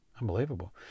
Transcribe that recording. Unbelievable